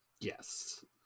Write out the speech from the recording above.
yes